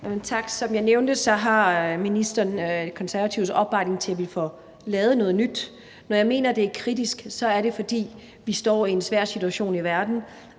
Tak. Som jeg nævnte, har ministeren Konservatives opbakning til, at vi får lavet noget nyt. Når jeg mener, at det er kritisk, så er det, fordi vi står i en svær situation i verden.